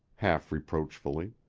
half-reproachfully.